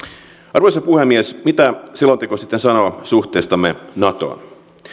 arvoisa puhemies mitä selonteko sitten sanoo suhteestamme natoon